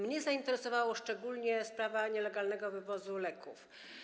Mnie zainteresowała szczególnie sprawa nielegalnego wywozu leków.